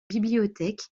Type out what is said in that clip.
bibliothèque